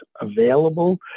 available